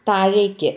താഴേക്ക്